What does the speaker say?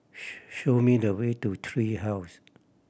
show me the way to Tree House